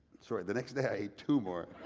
sorry, the next day i ate two more.